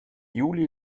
juli